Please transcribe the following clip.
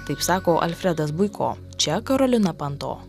taip sako alfredas buiko čia karolina panto